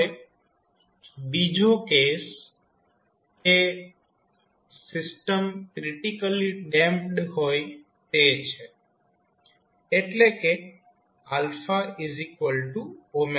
હવે બીજો કેસ એ સિસ્ટમ ક્રિટીકલી ડેમ્પ્ડ હોય તે છે એટલે કે 0